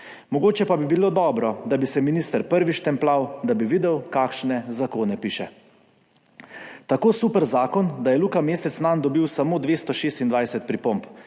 Mogoče pa bi bilo dobro, da bi se minister prvi štempljal, da bi videl, kakšne zakone piše. Tako super zakon, da je Luka Mesec nanj dobil samo 226 pripomb.